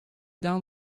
down